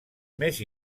més